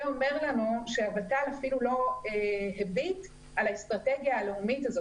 זה אומר לנו שהוות"ל אפילו לא הביט על האסטרטגיה הלאומית הזאת.